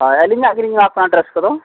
ᱦᱳᱭ ᱟᱹᱞᱤᱧᱟᱜ ᱜᱮᱞᱤᱧ ᱮᱢᱟ ᱠᱚ ᱠᱟᱱᱟ ᱰᱨᱮᱥ ᱠᱚᱫᱚ